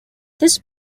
this